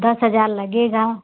दस हजार लगेगा